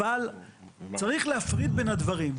אבל צריך להפריד בין הדברים.